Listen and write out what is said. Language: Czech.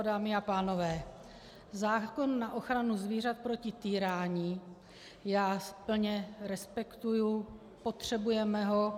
Dámy a pánové, zákon na ochranu zvířat proti týrání já plně respektuji, potřebujeme ho.